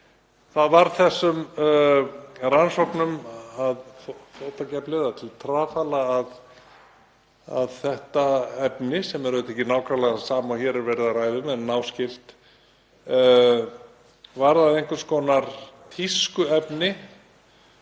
það varð þessum rannsóknum að fótakefli og til trafala að þetta efni, sem er auðvitað ekki nákvæmlega það sama og hér er verið að ræða um en náskylt, varð að einhvers konar tískuefni